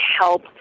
help